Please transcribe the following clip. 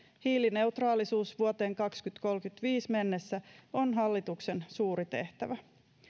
hiilineutraalisuus vuoteen kaksituhattakolmekymmentäviisi mennessä on hallituksen suuri tehtävä